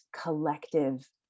collective